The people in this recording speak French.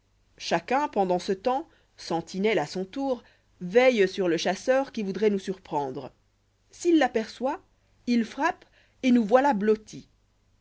chacun pendant ce temps sentinelle à son tour veille sur ic chasseur qui voudrait nous surprendre s'il l'aperçoit il frappe et nous voilà blottis